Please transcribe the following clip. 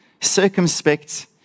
circumspect